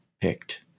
picked